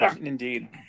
Indeed